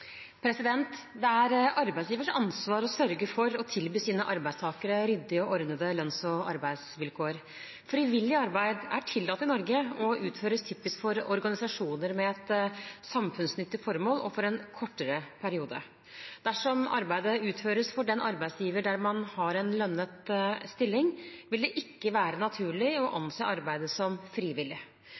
Det er arbeidsgiverens ansvar å sørge for å tilby sine arbeidstakere ryddige og ordnede lønns- og arbeidsvilkår. Frivillig arbeid er tillatt i Norge og utføres typisk for organisasjoner med et samfunnsnyttig formål og for en kortere periode. Dersom arbeidet utføres for den arbeidsgiveren der man har en lønnet stilling, vil det ikke være naturlig å anse arbeidet som frivillig,